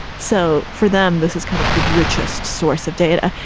so for them, this is kind of the richest source of data.